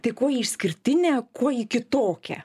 tai kuo ji išskirtinė kuo ji kitokia